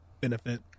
benefit